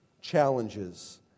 challenges